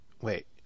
wait